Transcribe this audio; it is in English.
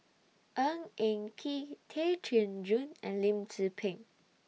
Ng Eng Kee Tay Chin Joo and Lim Tze Peng